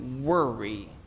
worry